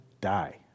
die